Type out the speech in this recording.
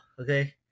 okay